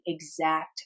exact